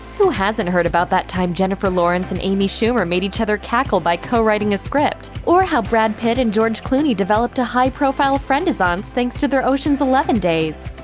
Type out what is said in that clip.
who hasn't heard about that time jennifer lawrence and amy schumer made each other cackle by co-writing a script? or how brad pitt and george clooney developed a high-profile friend-assance thanks to their ocean's eleven days?